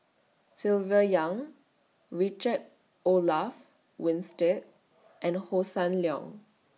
Silvia Yong Richard Olaf Winstedt and Hossan Leong